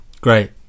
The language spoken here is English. Great